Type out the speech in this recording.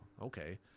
okay